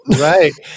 right